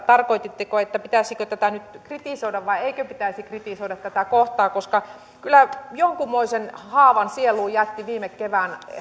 tarkoititteko pitäisikö nyt kritisoida vai eikö pitäisi kritisoida tätä kohtaa koska kyllä jonkinmoisen haavan sieluun jätti viime kevään